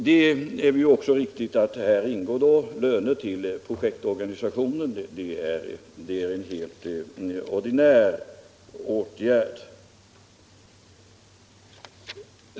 Det är ju också riktigt att i det nämnda beloppet ingår löner till projektorganisationen. Det är en helt ordinär post.